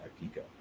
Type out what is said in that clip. Pico